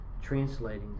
translating